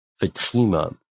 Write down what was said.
Fatima